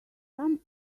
some